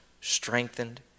strengthened